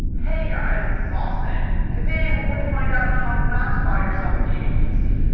hey guys, this is austin. today, we're going to find out how not to buy yourself a gaming pc.